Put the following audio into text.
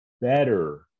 better